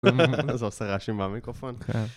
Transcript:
זה עושה רעש עם המיקרופון. -כן